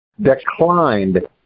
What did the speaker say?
declined